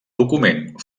document